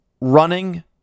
running